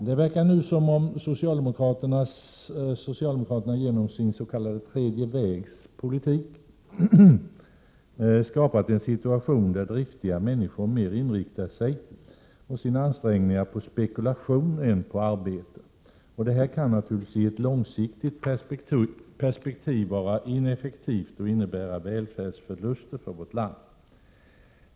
Det verkar nu som om socialdemokraterna genom den s.k. tredje vägens politik skapat en situation, där driftiga människor mer inriktar sina ansträngningar på spekulation än på arbete. Detta kan i ett långsiktigt perspektiv vara ineffektivt och innebära välfärdsförluster för vårt land.